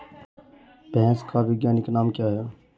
भैंस का वैज्ञानिक नाम क्या है?